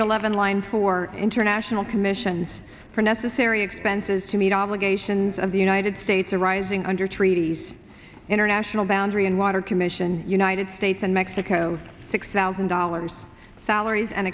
eleven line for international commissions for necessary expenses to meet obligations of the united states arising under treaties international boundary and water commission united states and mexico six thousand dollars salaries and